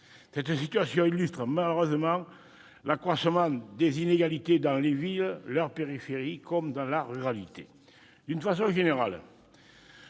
Cette situation illustre malheureusement l'accroissement des inégalités dans les villes et leur périphérie, comme dans la ruralité. De façon générale,